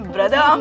Brother